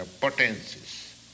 potencies